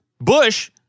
Bush